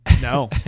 No